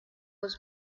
was